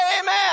amen